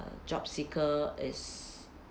the job seeker is